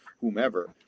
whomever